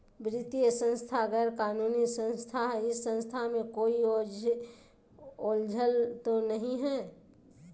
वित्तीय संस्था गैर कानूनी संस्था है इस संस्था में कोई झोलझाल तो नहीं है?